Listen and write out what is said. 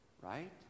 Right